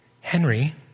Henry